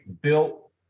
built